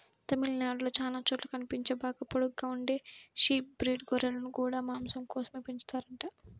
తమిళనాడులో చానా చోట్ల కనిపించే బాగా పొడుగ్గా ఉండే షీప్ బ్రీడ్ గొర్రెలను గూడా మాసం కోసమే పెంచుతారంట